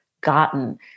gotten